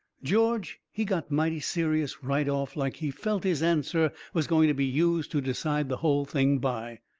george, he got mighty serious right off, like he felt his answer was going to be used to decide the hull thing by.